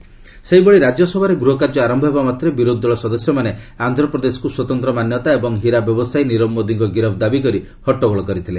RS adjourn ସେହିଭଳି ରାଜ୍ୟସଭାରେ ଗୃହକାର୍ଯ୍ୟ ଆରମ୍ଭ ହେବା ମାତ୍ରେ ବିରୋଧି ଦଳ ସଦସ୍ୟମାନେ ଆନ୍ଧ୍ରପ୍ରଦେଶକୁ ସ୍ୱତନ୍ତ୍ର ମାନ୍ୟତା ଏବଂ ହୀରା ବ୍ୟବସାୟି ନିରବ ମୋଦିଙ୍କ ଗିରଫ୍ ଦାବି କରି ହଟ୍ଟଗୋଳ କରିଥିଲେ